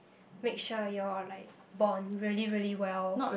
make sure you all like bond really really well